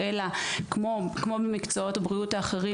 אלא כמו במקצועות הבריאות האחרים